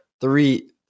Three